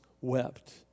wept